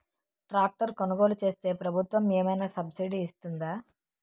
Tractor కొనుగోలు చేస్తే ప్రభుత్వం ఏమైనా సబ్సిడీ ఇస్తుందా?